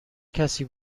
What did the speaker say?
کسی